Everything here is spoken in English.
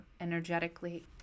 energetically